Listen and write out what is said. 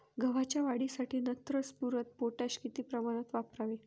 गव्हाच्या वाढीसाठी नत्र, स्फुरद, पोटॅश किती प्रमाणात वापरावे?